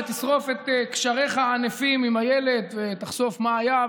שתשרוף את קשריך הענפים עם אילת ותחשוף מה היה,